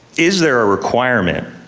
is there a requirement,